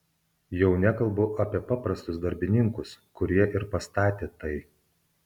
jau nekalbu apie paprastus darbininkus kurie ir pastatė tai